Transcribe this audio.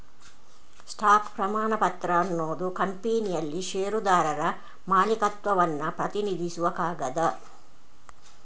stock ಪ್ರಮಾಣಪತ್ರ ಅನ್ನುದು ಕಂಪನಿಯಲ್ಲಿ ಷೇರುದಾರರ ಮಾಲೀಕತ್ವವನ್ನ ಪ್ರತಿನಿಧಿಸುವ ಕಾಗದ